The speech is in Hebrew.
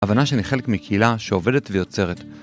הבנה שאני חלק מקהילה שעובדת ויוצרת.